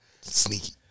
Sneaky